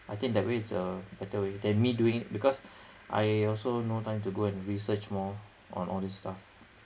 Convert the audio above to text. I think that way's uh that way than me doing because I also no time to go and research more on all this stuff